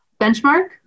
benchmark